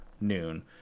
noon